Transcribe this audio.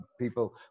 people